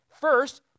First